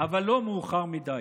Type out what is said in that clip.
אבל לא מאוחר מדי.